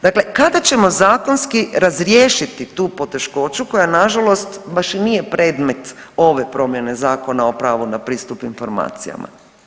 Dakle, kada ćemo zakonski razriješiti tu poteškoću koja nažalost baš i nije predmet ove promjene Zakona o pravu na pristup informacijama?